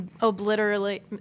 obliterate